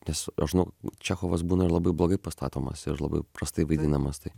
nes aš žinau čechovas būna ir labai blogai pastatomas ir labai prastai vaidinamas tai